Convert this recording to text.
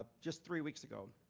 ah just three weeks ago,